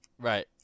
Right